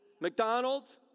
McDonald's